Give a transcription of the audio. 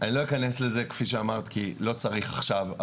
אני לא אכנס לזה, כפי שאמרת, כי לא צריך עכשיו.